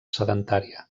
sedentària